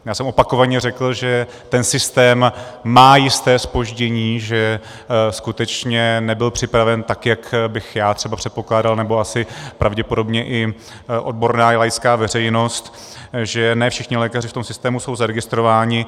Já jsem opakovaně řekl, že ten systém má jisté zpoždění, že skutečně nebyl připraven tak, jak bych já třeba předpokládal, nebo asi pravděpodobně odborná i laická veřejnost, že ne všichni v tom systému jsou zaregistrováni.